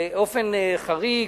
באופן חריג,